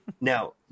Now